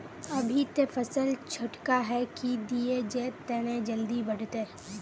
अभी ते फसल छोटका है की दिये जे तने जल्दी बढ़ते?